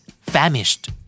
Famished